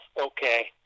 okay